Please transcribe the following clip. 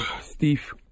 Steve